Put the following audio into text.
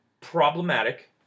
problematic